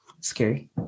scary